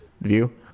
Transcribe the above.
view